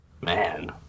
man